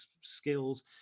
skills